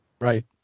Right